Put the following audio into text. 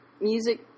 music